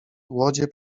łodzie